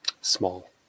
Small